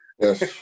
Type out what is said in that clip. Yes